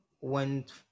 went